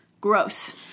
Gross